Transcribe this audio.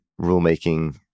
rulemaking